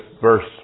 verse